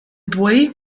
boy